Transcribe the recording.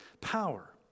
power